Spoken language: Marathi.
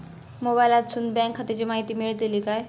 मोबाईलातसून बँक खात्याची माहिती मेळतली काय?